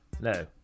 No